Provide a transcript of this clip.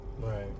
Right